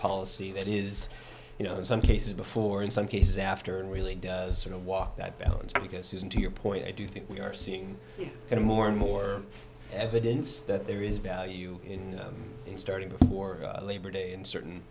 policy that is you know in some cases before in some cases after and really sort of walk that balance because and to your point i do think we are seeing more and more evidence that there is value in starting before labor day in certain